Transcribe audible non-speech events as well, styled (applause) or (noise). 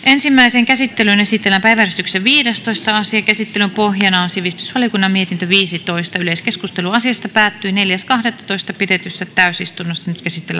(unintelligible) ensimmäiseen käsittelyyn esitellään päiväjärjestyksen viidestoista asia käsittelyn pohjana on sivistysvaliokunnan mietintö viisitoista yleiskeskustelu asiasta päättyi neljäs kahdettatoista kaksituhattaseitsemäntoista pidetyssä täysistunnossa nyt käsitellään